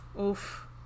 Oof